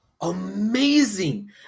amazing